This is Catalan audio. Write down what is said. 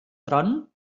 tron